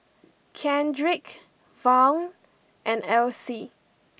Kendrick Vaughn and Alcee